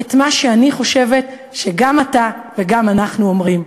את מה שאני חושבת שגם אתה וגם אנחנו אומרים: